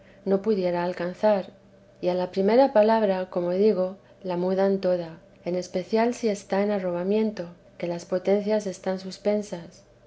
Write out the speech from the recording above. no pudiera alcanzar y a la primera palabra como digo la mudan toda en especial si está en arrobamiento que las potencias están suspensas